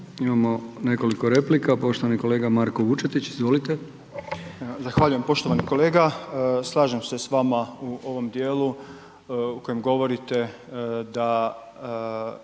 Imamo nekoliko replika, poštovani kolega Marko Vučetić, izvolite. **Vučetić, Marko (Nezavisni)** Zahvaljujem poštovani kolega. Slažem se s vama u ovom dijelu u kojem govorite da